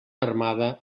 armada